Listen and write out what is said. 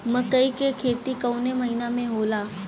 मकई क खेती कवने महीना में होला?